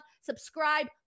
subscribe